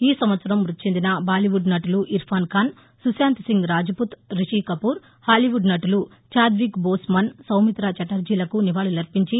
ఈ సంవత్సరం మ్బతి చెందిన బాలీవుద్ నటులు ఇర్పాన్ ఖాన్ సుశాంత్ సింగ్ రాజ్ పుత్ రిషికపూర్ హాలీవుడ్ నటుడు చాద్విక్ బోస్ మన్ సౌమిత్రా ఛటర్జీలకు నివాళలర్పించి